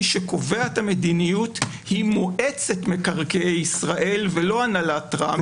מי שקובע את המדיניות זה מועצת מקרקעי ישראל ולא הנהלת רמ"י.